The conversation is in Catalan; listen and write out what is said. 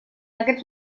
aquests